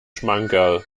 schmankerl